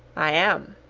i am!